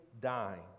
dying